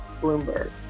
bloomberg